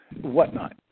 whatnot